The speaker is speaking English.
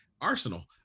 arsenal